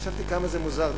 וחשבתי כמה זה מוזר.